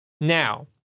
Now